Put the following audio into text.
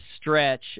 stretch